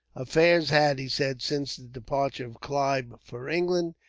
affairs had, he said, since the departure of clive for england,